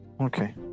Okay